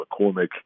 McCormick